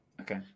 Okay